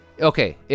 okay